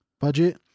budget